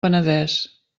penedès